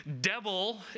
devil